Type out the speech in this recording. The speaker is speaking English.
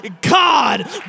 God